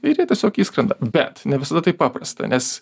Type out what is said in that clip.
ir jie tiesiog išskrenda bet ne visada taip paprasta nes